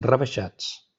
rebaixats